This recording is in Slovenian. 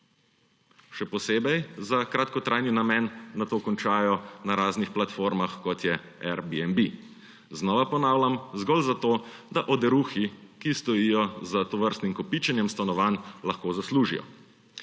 še posebej za kratkotrajni namen, nato končajo na raznih platformah, kot je Airbnb. Znova ponavljam, zgolj zato, da oderuhi, ki stojijo za tovrstnim kopičenjem stanovanj, lahko zaslužijo.